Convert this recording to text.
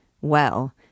Well